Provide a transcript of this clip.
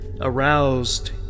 aroused